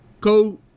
go